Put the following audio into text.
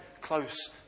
close